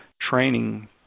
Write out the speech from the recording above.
training